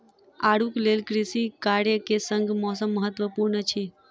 आड़ूक लेल कृषि कार्य के संग मौसम महत्वपूर्ण अछि